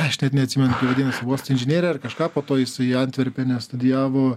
aš net neatsimenu kaip vadinasi uostų inžinerija ar kažką po to jisai antverpene studijavo